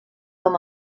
com